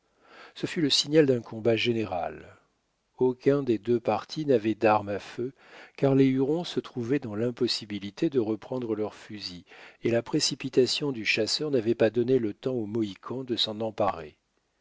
ce fut le signal d'un combat général aucun des deux partis n'avait d'armes à feu car les hurons se trouvaient dans l'impossibilité de reprendre leurs fusils et la précipitation du chasseur n'avait pas donné le temps aux mohicans de s'en emparer